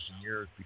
years